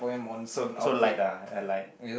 so so light ah light